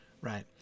right